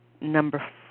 number